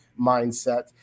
mindset